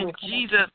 Jesus